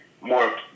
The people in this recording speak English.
more